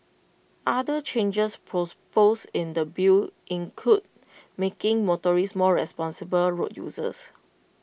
other changes pros posed in the bill include making motorists more responsible road users